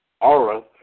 aura